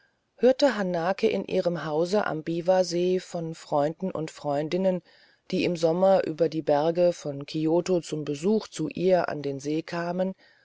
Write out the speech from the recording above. hörte hanake in ihrem hause am biwasee von freunden und freundinnen die im sommer über die berge von kioto zum besuch zu ihr an den see kamen